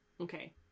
Okay